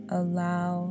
allow